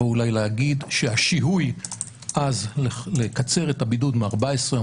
אולי העת להגיד שהשיהוי אז לקצר את הבידוד מ-14 יום